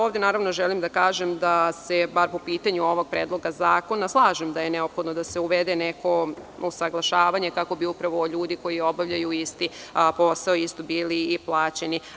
Ovde naravno želim da kažem da se bar po pitanju ovog Predloga zakona slažem da je neophodno da se uvede neko usaglašavanje kako bi upravo ljudi koji obavljaju isti posao isto bili i plaćeni.